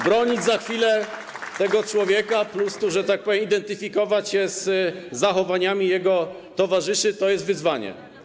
Bronić za chwilę tego człowieka plus, że tak powiem, identyfikować się z zachowaniami jego towarzyszy - to jest wyzwanie.